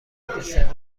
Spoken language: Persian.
دسر